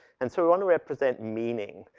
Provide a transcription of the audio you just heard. and so we wanna represent meaning.